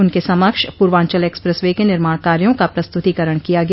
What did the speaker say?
उनके समक्ष Purvanchal expressway के निर्माण कार्यो का प्रस्तुतीकरण किया गया